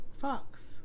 Fox